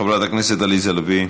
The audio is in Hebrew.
חברת הכנסת עליזה לביא,